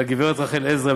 לגברת רחל עזרא,